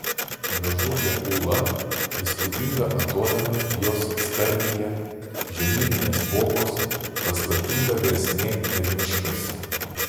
gražuolė ūla įspūdinga atodanga jos skardyje žemyninės kopos paslaptinga versmė ir miškas